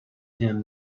him